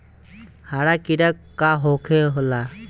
हरा कीड़ा का होखे ला?